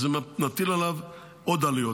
אז נטיל עליהם עוד עלויות.